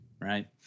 right